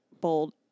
Bold